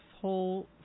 whole